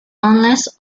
unless